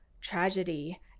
tragedy